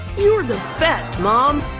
you're the best, mom!